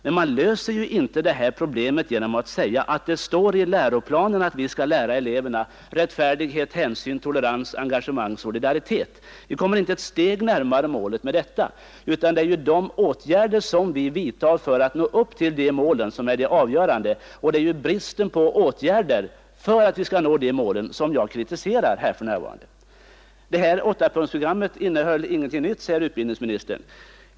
Men man löser ju inte det här problemet genom att säga att det står i läroplanen att vi skall lära eleverna rättfärdighet, hänsyn, tolerans, engagemang, solidaritet. Vi kommer inte ett steg närmare målet med detta, utan det är de åtgärder vi vidtar för att nå upp till våra mål som är avgörande. Det är ju 17 bristen på åtgärder för att nå just de målen som jag kritiserar. Utbildningsministern säger att åttapunktsprogrammet inte innehöll någonting nytt.